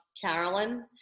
Carolyn